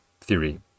theory